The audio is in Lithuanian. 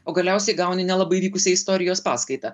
o galiausiai gauni nelabai vykusią istorijos paskaitą